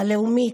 הלאומית,